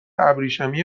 ابریشمی